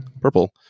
purple